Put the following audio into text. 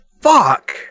fuck